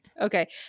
Okay